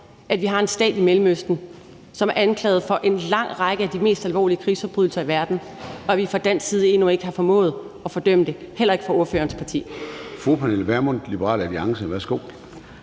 at vi har en stat i Mellemøsten, som er anklaget for en lang række af de mest alvorlige krigsforbrydelser i verden, og at vi fra dansk side – og det gælder også ordførerens parti – endnu ikke har formået at fordømme det. Kl. 13:26 Formanden (Søren Gade): Fru Pernille Vermund, Liberal Alliance. Værsgo.